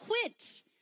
quit